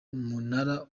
umunara